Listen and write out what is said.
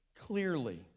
clearly